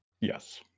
yes